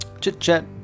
chit-chat